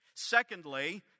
Secondly